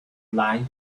life